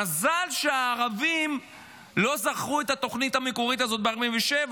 מזל שהערבים לא זכרו את התוכנית הזאת מ-1947